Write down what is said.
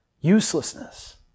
Uselessness